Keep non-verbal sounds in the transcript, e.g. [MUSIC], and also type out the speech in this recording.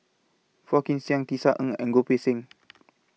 Phua Kin Siang Tisa Ng and Goh Poh Seng [NOISE]